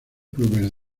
clubes